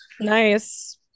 Nice